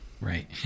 Right